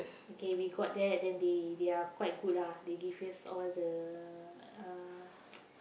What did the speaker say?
okay we got that then they they are quite good lah they give us all the uh